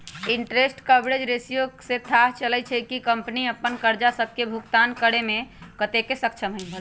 interest coverage ratio से थाह चललय छै कि कंपनी अप्पन करजा सभके भुगतान करेमें कतेक सक्षम हइ